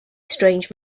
strange